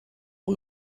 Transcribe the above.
rue